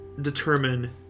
determine